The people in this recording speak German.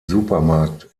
supermarkt